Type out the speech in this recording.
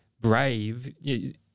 brave